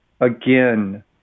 Again